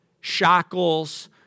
shackles